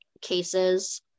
cases